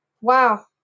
Wow